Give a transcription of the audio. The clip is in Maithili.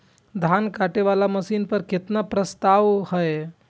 धान काटे वाला मशीन पर केतना के प्रस्ताव हय?